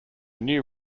new